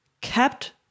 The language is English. kept